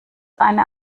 eine